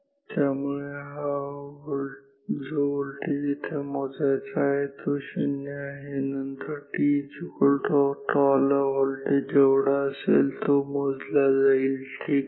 त्यामुळे जो व्होल्टेज इथे मोजायचा आहे तो शून्य आहे नंतर tτ ला व्होल्टेज जेवढा असेल तो मोजला जाईल ठीक आहे